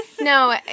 no